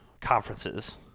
conferences